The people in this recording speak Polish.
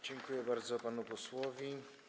Dziękuję bardzo panu posłowi.